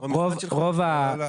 לא,